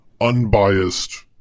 unbiased